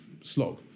slog